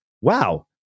wow